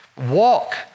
walk